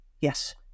Yes